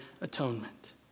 atonement